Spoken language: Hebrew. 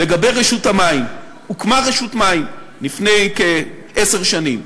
לגבי רשות המים: הוקמה רשות מים לפני כעשר שנים,